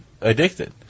addicted